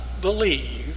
believe